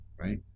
Right